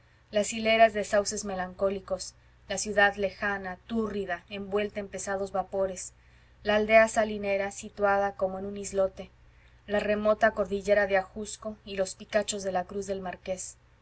las hileras de sauces melancólicos la ciudad lejana túrrida envuelta en pesados vapores la aldea salinera situada como en un islote la remota cordillera de ajusco y los picachos de la cruz del marqués